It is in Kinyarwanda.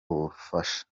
ubufasha